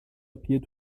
appear